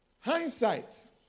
hindsight